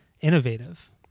innovative